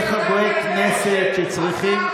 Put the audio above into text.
יש עוד שני חברי כנסת שצריכים,